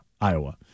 Iowa